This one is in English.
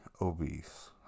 obese